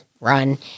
run